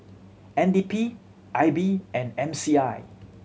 N D P I B and M C I